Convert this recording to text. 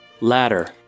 Ladder